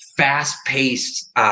fast-paced